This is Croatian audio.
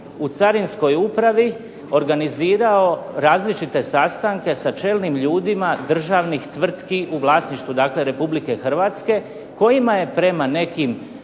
u carinskoj upravi organizirao različite sastanke sa čelnim ljudima državnih tvrtki u vlasništvu dakle Republike Hrvatske, kojima je prema nekim